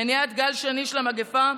מניעת גל שני של המגפה,